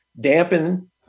dampen